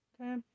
okay